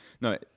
No